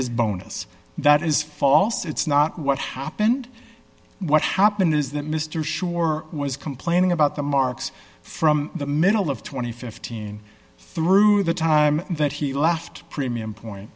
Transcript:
his bonus that is false it's not what happened what happened is that mr schorr was complaining about the marks from the middle of two thousand and fifteen through the time that he left premium point